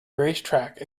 racetrack